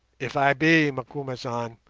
if i be, macumazahn,